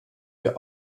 wir